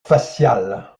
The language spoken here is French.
facial